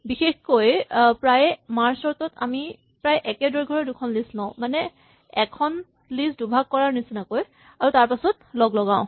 আৰু বিশেষকৈ প্ৰায়ে মাৰ্জ চৰ্ট ত আমি প্ৰায় একে দৈৰ্ঘ্যৰে দুখন লিষ্ট লওঁ মানে এখন লিষ্ট দুভাগ কৰাৰ নিচিনাকৈ আৰু তাৰপাছত লগলগাও